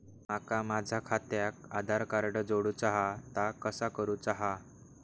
माका माझा खात्याक आधार कार्ड जोडूचा हा ता कसा करुचा हा?